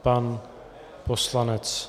Pan poslanec.